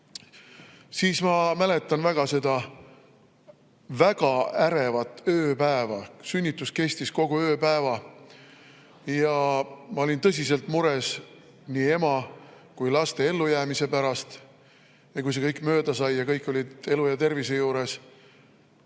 siis ma mäletan väga hästi seda väga ärevat ööpäeva. Sünnitus kestis kogu ööpäeva ja ma olin tõsiselt mures nii ema kui ka laste ellujäämise pärast. Ja kui see kõik mööda sai ja kõik olid elu ja tervise juures